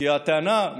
כי הטענה היא,